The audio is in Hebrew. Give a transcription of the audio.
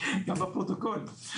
גם בפרוטוקול.